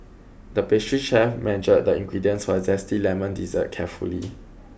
the pastry chef measured the ingredients for a zesty lemon dessert carefully